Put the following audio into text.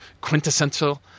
quintessential